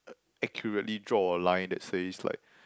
accurately draw a line that says like